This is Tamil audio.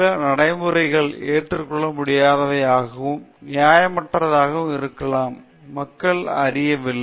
சில நடைமுறைகள் ஏற்றுக்கொள்ள முடியாதவையாகவும் நியாயமற்றவையாகவும் இருப்பதாக மக்கள் அறியவில்லை